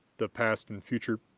the past and future